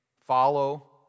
follow